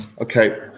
Okay